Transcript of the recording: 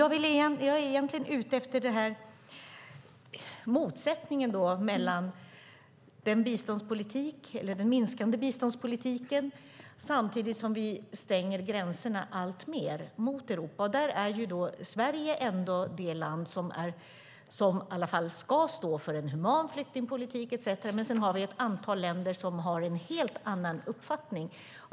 Jag är egentligen ute efter motsättningen mellan den minskande biståndspolitiken och att vi samtidigt stänger gränserna mot Europa alltmer. Där är ju Sverige ändå det land som i alla fall ska stå för en human flyktingpolitik etcetera, men sedan har vi ett antal länder som har en helt annan uppfattning.